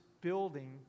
building